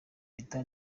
leta